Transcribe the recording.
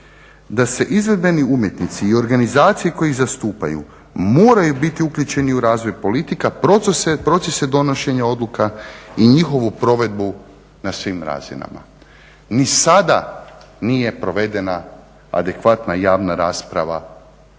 "da se izvedbeni umjetnici i organizacije koje ih zastupaju moraju biti uključeni u razvoj politika procese donošenja odluka i njihovu provedbu na svim razinama". Ni sada nije provedena adekvatna javna rasprava